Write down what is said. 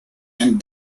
and